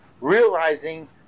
realizing